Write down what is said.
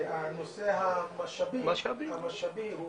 שהנושא המשאבי הוא